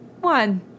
one